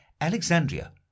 alexandria